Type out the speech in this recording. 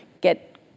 get